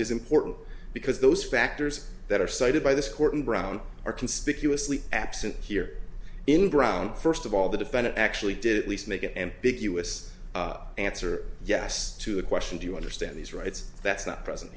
is important because those factors that are cited by this court in brown are conspicuously absent here in brown first of all the defendant actually did at least make it and big us answer yes to the question do you understand these rights that's not present